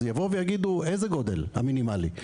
אז יבואו ויגידו: איזה גודל מינימלי?